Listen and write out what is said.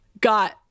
got